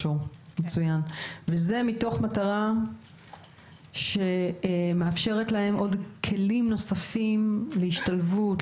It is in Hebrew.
וזה מתוך מטרה לאפשר להם עוד כלים נוספים להשתלבות,